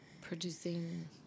producing